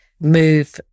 move